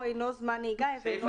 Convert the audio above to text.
אינו זמן נהיגה ואינו --- איזה סעיף?